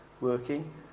working